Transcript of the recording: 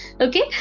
Okay